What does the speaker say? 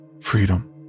Freedom